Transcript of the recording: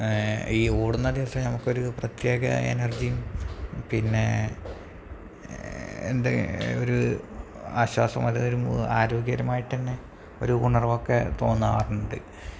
ഈ ഓടുന്ന ദിവസം നമ്മള്ക്കൊരു പ്രത്യേക എനർജിയും പിന്നെ എന്താ ഒരു ആശ്വാസവും ആരോഗ്യപരമായിട്ടുതന്നെ ഒരു ഉണർവൊക്കെ തോന്നാറുണ്ട്